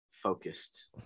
Focused